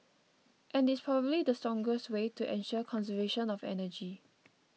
and it's probably the strongest way to ensure conservation of energy